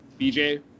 BJ